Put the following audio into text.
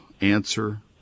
answer